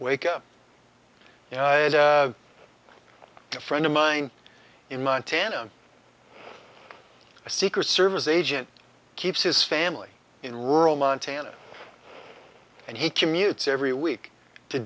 wake up you know a friend of mine in montana a secret service agent keeps his family in rural montana and he commutes every week to